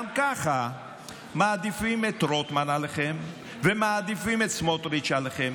גם ככה מעדיפים את רוטמן עליכם ומעדיפים את סמוטריץ' עליכם.